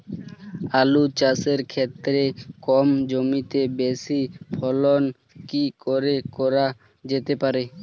আলু চাষের ক্ষেত্রে কম জমিতে বেশি ফলন কি করে করা যেতে পারে?